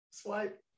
Swipe